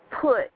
put